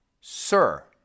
Sir